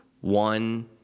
one